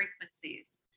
frequencies